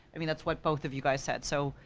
i mean that's what both of you guys said, so,